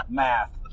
math